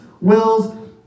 wills